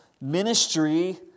ministry